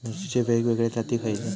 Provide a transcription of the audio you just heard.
मिरचीचे वेगवेगळे जाती खयले?